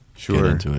Sure